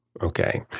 Okay